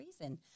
reason